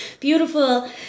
beautiful